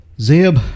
Zeb